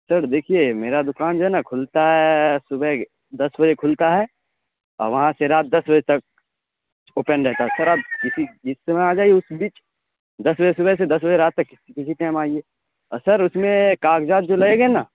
سر دیکھیے میرا دکان جو ہے نا کھلتا ہے صبح دس بجے کھلتا ہے اور وہاں سے رات دس بجے تک اوپن رہتا ہے سر آپ جس سمے آ جائیے اس بیچ دس بجے صبح سے دس بجے رات تک کسی بھی ٹائم آئیے اور سر اس میں کاغذات جو لگے گا نا